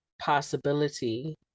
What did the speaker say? possibility